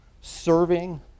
serving